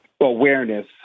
awareness